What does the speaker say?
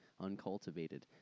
uncultivated